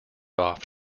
off